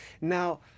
Now